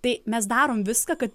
tai mes darom viską kad